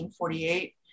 1948